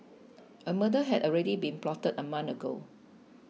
a murder had already been plotted a month ago